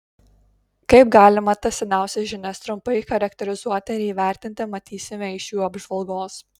kaip galima tas seniausias žinias trumpai charakterizuoti ir įvertinti matysime iš jų apžvalgos